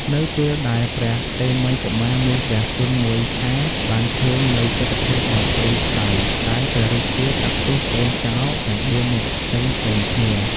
នៅពេលដែលព្រះតេមិយកុមារមានព្រះជន្ម ១ ខែបានឃើញនូវទិដ្ឋភាពដ៏ព្រៃផ្សៃដែលព្រះរាជាកាត់ទោសកូនចោរទាំង៤នាក់ផ្សេងៗគ្នា។